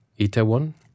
Itaewon